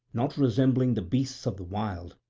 not resembling the beasts of the wild,